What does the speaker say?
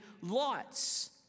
lots